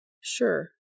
Sure